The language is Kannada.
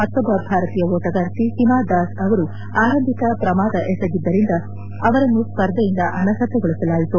ಮತ್ತೊಬ್ಬ ಭಾರತೀಯ ಓಟಗಾರ್ತಿ ಓಮಾ ದಾಸ್ ಅವರು ಆರಂಭಿಕ ಪ್ರಮಾದ ಎಸಗಿದ್ದಿಂದ ಅವರನ್ನು ಸ್ಪರ್ಧೆಯಿಂದ ಅನರ್ಷತೆಗೊಳಿಸಲಾಯಿತು